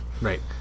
Right